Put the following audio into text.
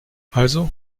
also